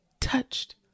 touched